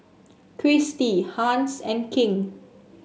Christi Hans and King